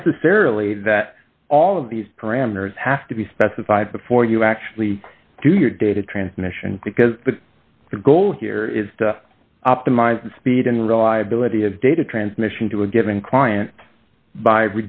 necessarily that all of these parameters have to be specified before you actually do your data transmission because the goal here is optimize the speed and reliability of data transmission to a given client by